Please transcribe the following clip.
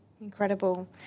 Incredible